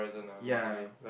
ya